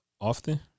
often